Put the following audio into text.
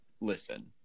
listen